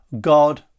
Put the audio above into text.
God